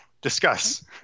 Discuss